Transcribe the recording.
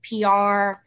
PR